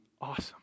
awesome